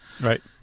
Right